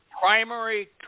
primary